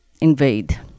invade